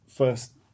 First